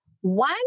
one